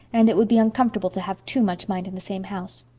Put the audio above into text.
and it would be uncomfortable to have too much mind in the same house.